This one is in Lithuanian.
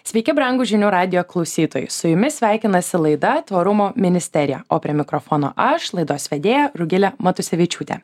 sveiki brangūs žinių radijo klausytojai su jumis sveikinasi laida tvarumo ministerija o prie mikrofono aš laidos vedėja rugilė matusevičiūtė